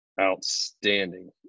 outstanding